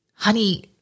Honey